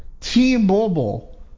T-Mobile